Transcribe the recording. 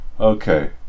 Okay